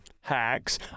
hacks